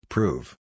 Prove